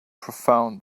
profound